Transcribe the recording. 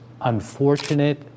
unfortunate